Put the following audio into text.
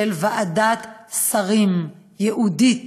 של ועדת שרים ייעודית